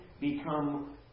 become